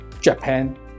Japan